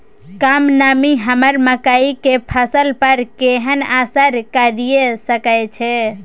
कम नमी हमर मकई के फसल पर केहन असर करिये सकै छै?